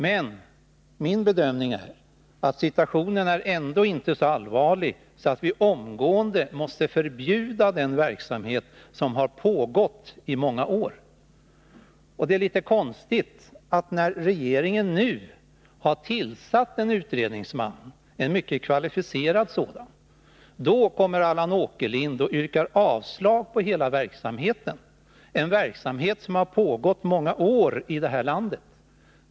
Men min bedömning är att situationen inte är så allvarlig att vi omedelbart måste förbjuda denna verksamhet, som har pågått i många år. Det är konstigt att Allan Åkerlind nu när regeringen har tillsatt en utredningsman, som är mycket kvalificerad, kommer och yrkar på att hela verksamheten skall förbjudas. Denna verksamhet har ju pågått i många år i detta land.